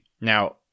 Now